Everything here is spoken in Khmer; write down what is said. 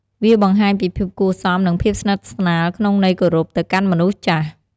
វាបង្ហាញពីភាពគួរសម និងភាពស្និទ្ធស្នាលក្នុងន័យគោរពទៅកាន់មនុស្សចាស់។